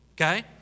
okay